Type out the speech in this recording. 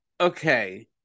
okay